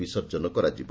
ବିସର୍ଜନ କରାଯିବ